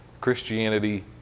Christianity